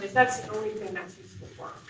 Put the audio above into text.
that's the only things that's useful for.